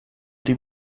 die